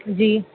جی